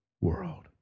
world